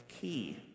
key